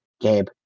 Gabe